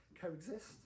coexist